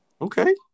Okay